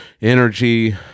energy